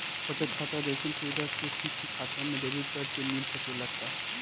बचत खाता जइसन सुविधा के.सी.सी खाता में डेबिट कार्ड के मिल सकेला का?